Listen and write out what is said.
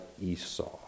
Esau